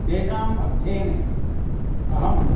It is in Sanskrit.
तेषाम् अध्ययने अहं